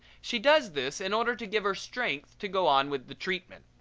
she does this in order to give her strength to go on with the treatment.